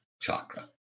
chakra